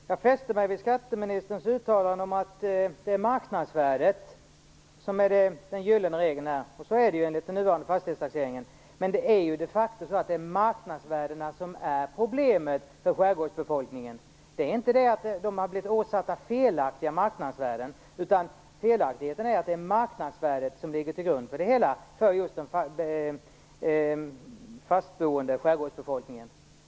Herr talman! Jag fäste mig vid skatteministerns uttalande att marknadsvärdet här är den gyllene regeln. Så är det enligt den nuvarande fastighetstaxeringen. Men det är de facto marknadsvärdena som är problemet för skärgårdsbefolkningen. Det är inte att fastigheterna har blivit åsatta felaktiga marknadsvärden, utan felaktigheten är att marknadsvärdet ligger till grund för det hela för den fastboende skärgårdsbefolkningen.